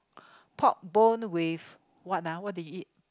pork bone with what ah what did you eat